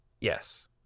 Yes